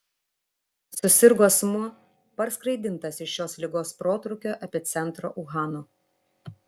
susirgo asmuo parskraidintas iš šios ligos protrūkio epicentro uhano